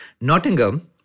Nottingham